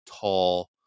tall